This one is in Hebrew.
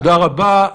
תודה רבה.